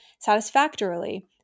satisfactorily